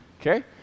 okay